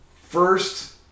first